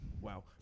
Wow